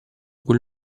quel